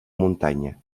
muntanya